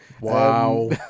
wow